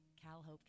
CalHOPE